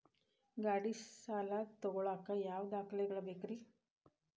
ಗಾಡಿ ಸಾಲ ತಗೋಳಾಕ ಯಾವ ದಾಖಲೆಗಳ ಬೇಕ್ರಿ?